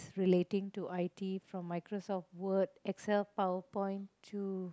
relating to I_T from Microsoft word excel power point to